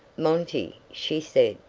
monty, she said,